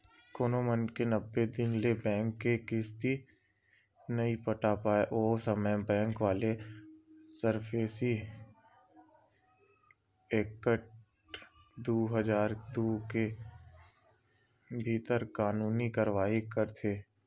कोनो मनखे नब्बे दिन ले बेंक के किस्ती नइ पटा पाय ओ समे बेंक वाले सरफेसी एक्ट दू हजार दू के भीतर कानूनी कारवाही करथे